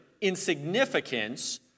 insignificance